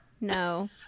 no